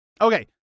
okay